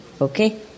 Okay